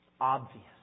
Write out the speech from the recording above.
Obvious